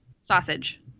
Sausage